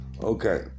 Okay